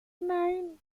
nine